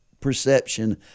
perception